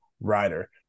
writer